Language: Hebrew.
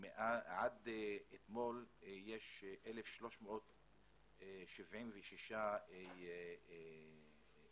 עד אתמול יש 1,376 חולים,